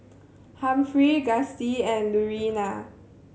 Humphrey Gustie and Lurena